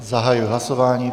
Zahajuji hlasování.